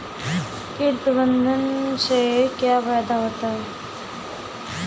कीट प्रबंधन से क्या फायदा होता है?